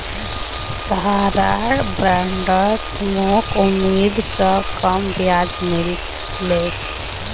सहारार बॉन्डत मोक उम्मीद स कम ब्याज मिल ले